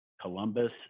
Columbus